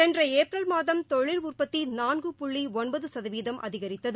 சென்ற ஏப்ரல் மாதம் தொழில் உற்பத்தி நான்கு புள்ளி ஒன்பது சதவீதம் அதிகரித்தது